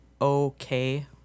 okay